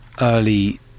early